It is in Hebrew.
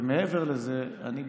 ומעבר לזה, אני גם,